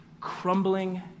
crumbling